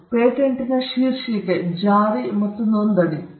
ನಾವು ಪೇಟೆಂಟ್ ಶೀರ್ಷಿಕೆ ಜಾರಿ ನೋಂದಣಿ